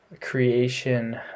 creation